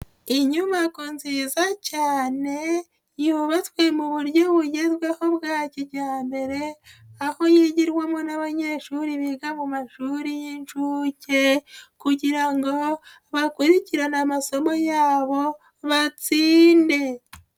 Inyubako nziza cyane yubatswe mu buryo bugezweho bwa kijyambere, aho yigirwamo n'abanyeshuri biga mu mashuri y'inshuke kugira ngo bakurikirane amasomo yabo batsinde.